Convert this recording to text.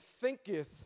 thinketh